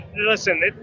listen